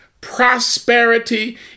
prosperity